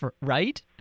right